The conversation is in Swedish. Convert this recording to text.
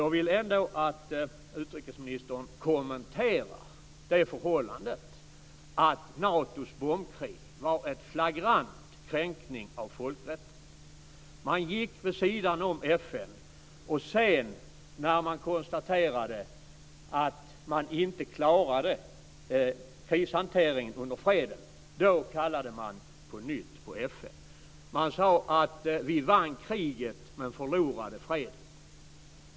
Jag vill att utrikesministern kommenterar förhållandet att Natos bombkrig var en flagrant kränkning av folkrätten. Man gick vid sidan av FN, och när man sedan hade konstaterat att man inte klarade krishanteringen i fred kallade man på nytt in FN. Man sade att man vann kriget men förlorade freden.